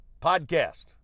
podcast